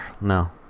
No